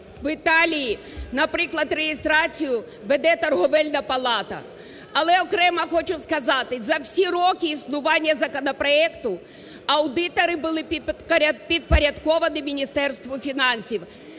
В Італії, наприклад, реєстрацію веде торгівельна палата. Але окремо хочу сказати, за всі роки існування законопроекту аудитори були підпорядковані Міністерству фінансів,